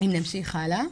נמשיך הלאה.